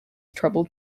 troubled